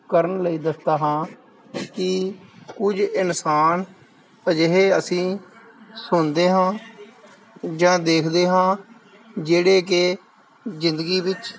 ਕਰਨ ਨਹੀਂ ਦਿੱਤਾ ਹਾਂ ਕੀ ਕੁਝ ਇਨਸਾਨ ਅਜਿਹੇ ਅਸੀਂ ਸੁਣਦੇ ਹਾਂ ਜਾਂ ਦੇਖਦੇ ਹਾਂ ਜਿਹੜੇ ਕਿ ਜ਼ਿੰਦਗੀ ਵਿੱਚ